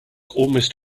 almost